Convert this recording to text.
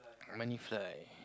money fly